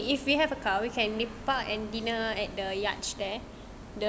okay if we have a car we can lepak and dinner at the yacht there